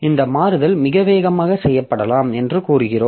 இந்த மாறுதல் மிக வேகமாக செய்யப்படலாம் என்று கூறுகிறோம்